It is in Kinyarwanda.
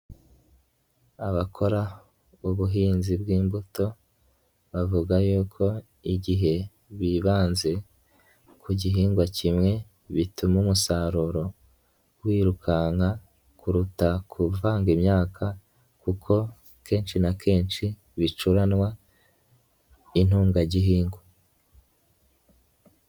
Abakora ubuhinzi bw'imbuto bavuga y'uko igihe bibanze ku gihingwa kimwe bituma umusaruro wirukanka kuruta kuvanga imyaka kuko kenshi na kenshi bicuranwa intungagihingwa.